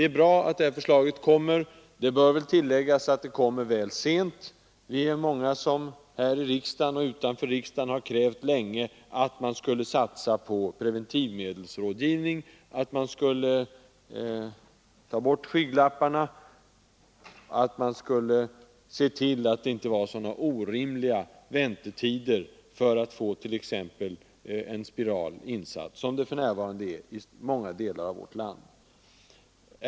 Det är bra att dessa förslag framläggs. Det bör väl tilläggas att de kommer väl sent. Vi är många här i riksdagen och utanför riksdagen som länge har krävt att man skall satsa på preventivmedelsrådgivning, att man skall ta bort skygglapparna och att man skall se till att det i fortsättningen inte blir sådana orimliga väntetider för att få t.ex. en spiral insatt som för närvarande förekommer på många håll.